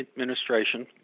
administration